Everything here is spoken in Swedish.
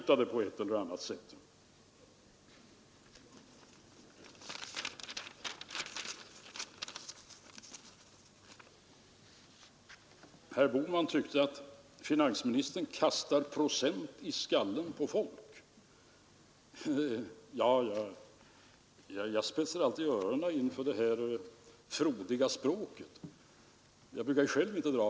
Ja, det är våra husmödrar, de självständiga företagarna, de så mycket omdiskuterade ledamöterna av fåmansbolagen och ytterligare andra.